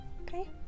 Okay